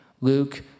Luke